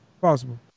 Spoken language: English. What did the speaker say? possible